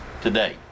today